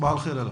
בוקר טוב, האלה.